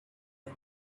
had